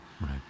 right